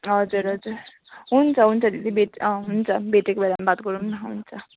हजुर हजुर हुन्छ हुन्छ दिदी भेट् अँ हुन्छ भेटेको बेलामा बात गरौँ न हुन्छ